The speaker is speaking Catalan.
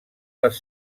les